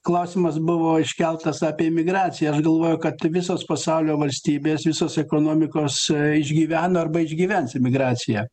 klausimas buvo iškeltas apie imigraciją aš galvoju kad visos pasaulio valstybės visos ekonomikos išgyveno arba išgyvens imigraciją